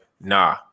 Nah